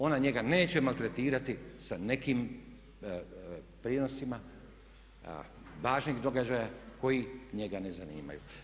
Ona njega neće maltretirati sa nekim prijenosima važnih događaja koji njega ne zanimaju.